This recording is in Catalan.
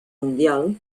mundial